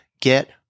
Get